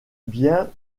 bien